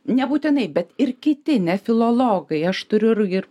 nebūtinai bet ir kiti nefilologai aš turiu ir ir